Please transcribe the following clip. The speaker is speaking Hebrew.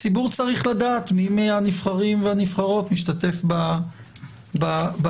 הציבור צריך מי מהנבחרים ומהנבחרות משתתף בדיון.